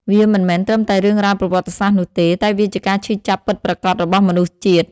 វាមិនមែនត្រឹមតែរឿងរ៉ាវប្រវត្តិសាស្ត្រនោះទេ តែវាជាការឈឺចាប់ពិតប្រាកដរបស់មនុស្សជាតិ។